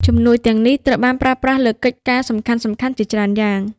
ជំនួយទាំងនេះត្រូវបានប្រើប្រាស់លើកិច្ចការសំខាន់ៗជាច្រើនយ៉ាង។